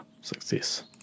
success